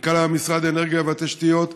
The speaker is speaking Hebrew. מנכ"ל המשרד לאנרגיה והתשתיות,